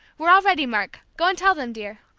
we're all ready, mark go and tell them, dear!